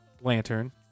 lantern